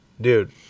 Dude